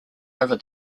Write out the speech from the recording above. over